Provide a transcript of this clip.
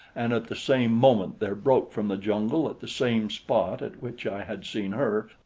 and at the same moment there broke from the jungle at the same spot at which i had seen her,